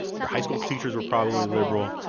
your high school teachers are probably liberal.